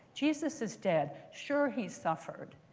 jesus is dead. sure, he suffered.